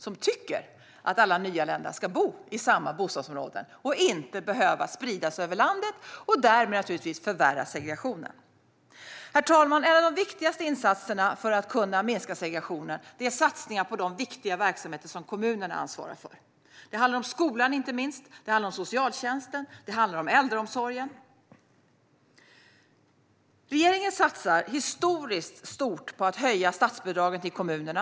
De tycker i stället att alla nyanlända ska bo i samma bostadsområden och inte behöva spridas över landet. Därmed förvärras naturligtvis segregationen. Herr talman! En av de viktigaste insatserna för att minska segregationen är satsningar på de viktiga verksamheter som kommunerna ansvarar för. Det handlar inte minst om skolan, socialtjänsten och äldreomsorgen. Regeringen satsar historiskt stort på att höja statsbidragen till kommunerna.